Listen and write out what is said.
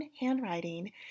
handwriting